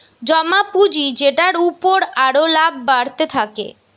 জমা পুঁজি যেটার উপর আরো লাভ বাড়তে থাকে